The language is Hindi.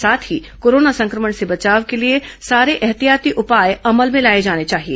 साथ ही कोरोना संक्रमण से बचाव के लिए सारे ऐहतियाती उपाय अमल में लाए जाने चाहिए